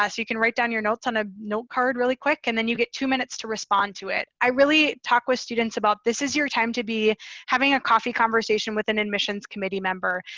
you can write down your notes on a note card really quick and then you get two minutes to respond to it. i really talk with students about this is your time to be having a coffee conversation with an admissions committee member.